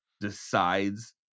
decides